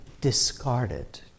discarded